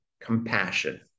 compassion